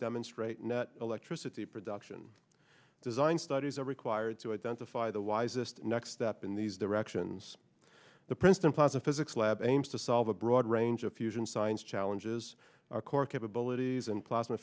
demonstrate net electricity production design studies are required to identify the wisest next step in these directions the princeton plans of physics lab aims to solve a broad range of fusion science challenges our core capabilities and pl